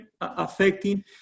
affecting